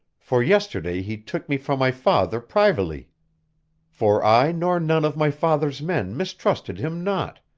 for yesterday he took me from my father privily for i nor none of my father's men mistrusted him not,